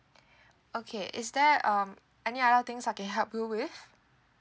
okay is there um any other things I can help you with